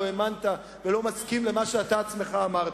לא האמנת ולא מסכים למה שאתה עצמך אמרת.